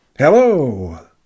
Hello